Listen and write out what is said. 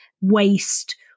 waste